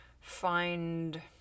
find